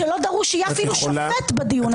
-- שלא דרוש שאפילו יהיה שופט בדיון הזה?